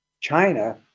China